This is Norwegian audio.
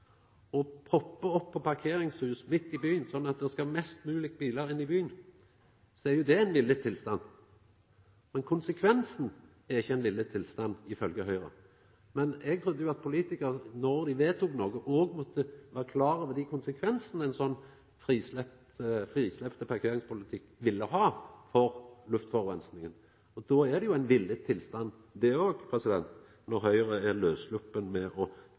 opp med parkeringshus midt i byen, sånn at det skal flest mogleg bilar inn til byen, er jo det «en villet tilstand». Men konsekvensen er ikkje «en villet tilstand», ifølgje Høgre. Eg trudde at politikarar når dei vedtok noko sånt, òg måtte vera klare over dei konsekvensane ein sånn frisleppt parkeringspolitikk ville ha for luftforureininga. Då er det jo «en villet tilstand» det òg når Høgre er laussloppe med å